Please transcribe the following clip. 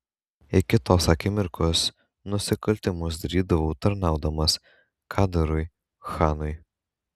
iki tos akimirkos nusikaltimus darydavau tarnaudamas kadarui chanui